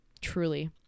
Truly